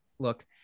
Look